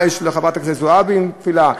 מה יש לחברת הכנסת זועבי עם תפילה?